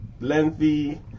lengthy